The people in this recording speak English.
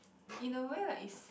in a way like is